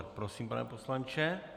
Prosím, pane poslanče.